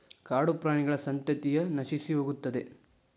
ಕಾಡುಪ್ರಾಣಿಗಳ ಸಂತತಿಯ ನಶಿಸಿಹೋಗುತ್ತದೆ